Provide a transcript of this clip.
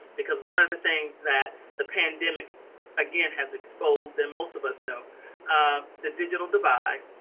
because one of the things that the pandemic again has exposed and most of us know the digital divide.